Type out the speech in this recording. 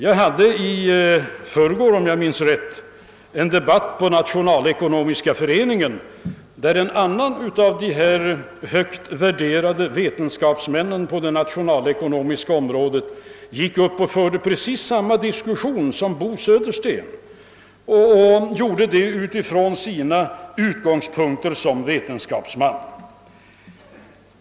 I tisdags deltog jag i en debatt i Nationalekonomiska föreningen, där en annan av de högt värderade vetenskapsmännen på det nationalekonomiska området förde precis samma resonemang som Bo Södersten, och det gjorde han från sina utgångspunkter som vetenskapsman.